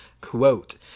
Quote